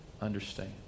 understand